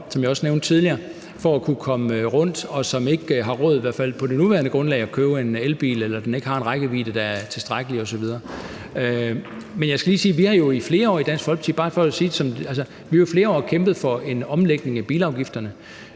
som jeg også nævnte tidligere, for at kunne komme rundt, og som ikke har råd til, i hvert fald ikke på det nuværende grundlag, at købe en elbil, eller som ikke synes, den har en rækkevidde, der er tilstrækkelig osv. Men jeg skal bare lige sige, af vi jo i flere år i Dansk Folkeparti har kæmpet for en omlægning af bilafgifterne